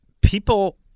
People